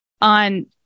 on